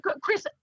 chris